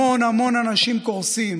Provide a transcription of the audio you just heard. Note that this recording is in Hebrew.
המון המון אנשים קורסים